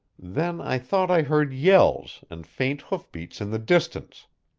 then i thought i heard yells and faint hoof-beats in the distance,